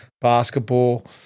basketball